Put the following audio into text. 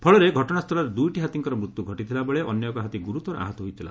ଫଳରେ ଘଟଣାସ୍ଥଳରେ ଦୁଇଟି ହାତୀଙ୍କର ମୃତ୍ଧୁ ଘଟିଥିଲାବେଳେ ଅନ୍ୟ ଏକ ହାତୀ ଗୁରୁତର ଆହତ ହୋଇଥିଲା